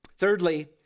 Thirdly